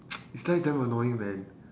it's like damn annoying when